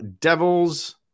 Devils